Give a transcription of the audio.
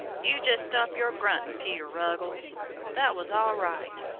you just stop your gruntin', peter ruggles that was all right.